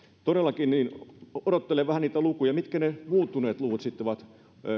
todellakin odottelen vähän niitä lukuja mitkä ne muuttuneet luvut sitten ovat